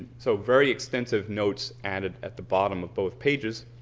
so very extensive notes added at the bottom of both pages.